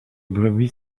brebis